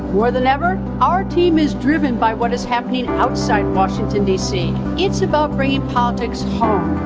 more than ever, our team is driven by what is happening outside washington dc. it's about bringing politics home,